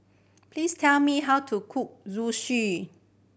please tell me how to cook Zosui